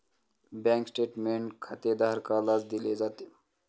bank statement खातेधारकालाच दिले जाते